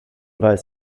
weiß